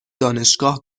دانشگاه